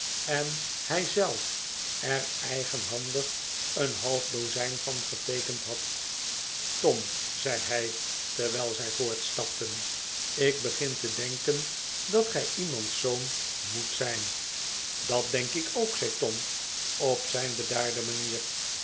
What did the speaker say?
en hij zelf er eigenhandig een half dozijn van geteekend had tom zei hij terwijl zij voortstapten ik begin te denken dat gij iemands zoon moet zijn dat denk ik ook zei tom op zijn bedaard'e manier